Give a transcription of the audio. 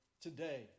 today